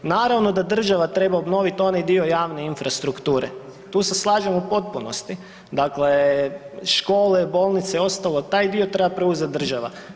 Naravno da država treba obnovit onaj dio javne infrastrukture, tu se slažem u potpunosti, dakle škole, bolnice i ostalo, taj dio treba preuzet država.